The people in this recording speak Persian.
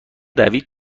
دوید